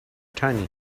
tiny